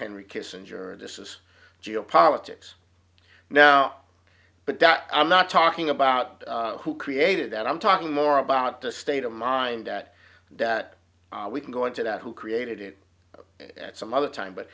henry kissinger and this is geopolitics now but that i'm not talking about who created that i'm talking more about the state of mind at that we can go into that who created it at some other time but